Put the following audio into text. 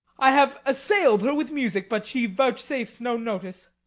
i have assail'd her with musics, but she vouchsafes no notice.